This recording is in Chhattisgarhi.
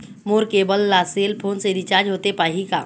मोर केबल ला सेल फोन से रिचार्ज होथे पाही का?